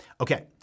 Okay